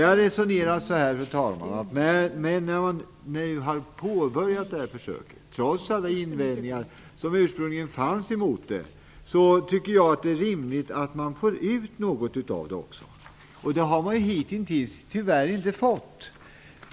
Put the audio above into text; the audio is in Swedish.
Jag resonerar så här: När vi nu har påbörjat det här försöket, trots alla invändningar som ursprungligen fanns emot det, tycker jag att det är rimligt att man försöker få ut något av det. Det har vi tyvärr inte gjort hitintills.